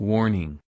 Warning